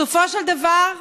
בסופו של דבר,